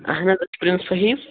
آہَن حظ پِرٛنٕس فحیٖم